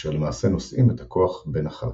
אשר למעשה נושאים את הכוח בין החלקים.